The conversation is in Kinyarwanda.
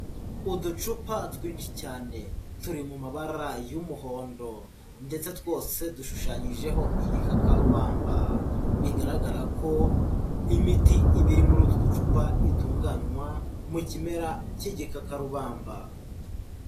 Uducupa twinshi cyane, turi mu mabara y'umuhondo ndetse twose dushushanyijeho igikakarubamba, bigaragara ko imiti iba iri muri utu ducupa itunganywa mu kimera cy'igikakarubamba.